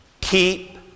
keep